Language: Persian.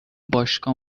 باشگاه